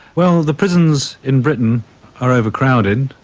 well, the prisons in britain are overcrowded,